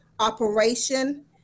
operation